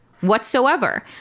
whatsoever